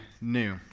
new